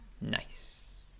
Nice